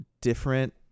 different